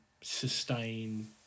sustain